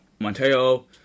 Monteo